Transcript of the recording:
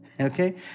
okay